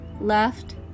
left